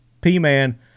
P-Man